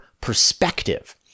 perspective